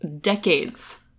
decades